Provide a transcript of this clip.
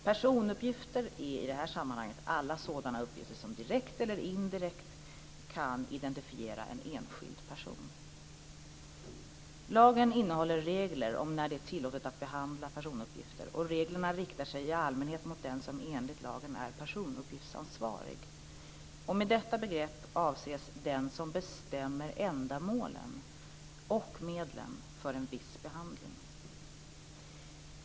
Personuppgifter är i detta sammanhang alla sådana uppgifter som direkt eller indirekt kan identifiera en enskild person. Lagen innehåller regler om när det är tillåtet att behandla personuppgifter. Reglerna riktar sig i allmänhet mot den som enligt lagen är personuppgiftsansvarig. Med detta begrepp avses den som bestämmer ändamålen och medlen för en viss behandling.